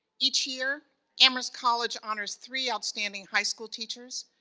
each year amherst college honors three outstanding high school teachers,